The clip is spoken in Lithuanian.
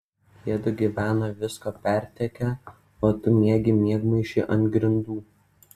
jiedu gyvena visko pertekę o tu miegi miegmaišy ant grindų